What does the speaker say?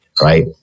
Right